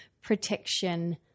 protection